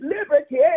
Liberty